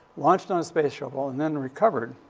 launched on a space shuttle and then recovered,